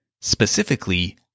Specifically